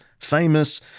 famous